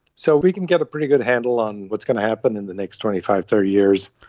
so we can get a pretty good handle on what's going to happen in the next twenty five, thirty years.